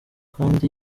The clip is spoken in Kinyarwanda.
kandi